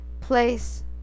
place